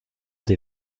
des